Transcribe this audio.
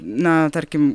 na tarkim